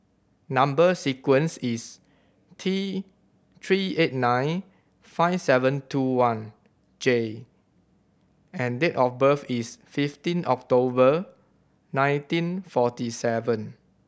number sequence is T Three eight nine five seven two one J and date of birth is fifteen October nineteen forty seven